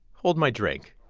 hold my drink